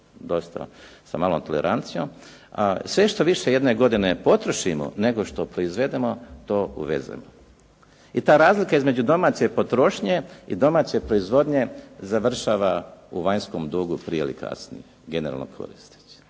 dosta malo tolerancijom, a sve što više jedne godine potrošimo nego što proizvedemo, to uvezemo i ta razlika između domaće potrošnje i domaće proizvodnje završava u vanjskom dugu prije ili kasnije, generalno koristeći.